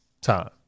time